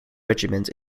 regiment